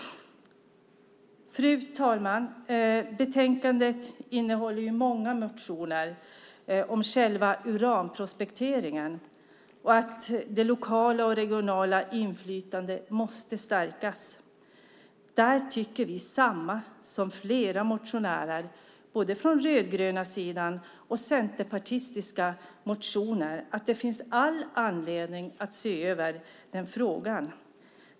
Fru talman! Betänkandet innehåller många motioner om uranprospektering och att det lokala och regionala inflytandet måste stärkas. Vi tycker som flera motionärer, både från den rödgröna sidan och från Centerpartiet, att det finns all anledning att se över detta.